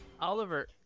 Oliver